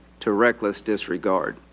to reckless disregard?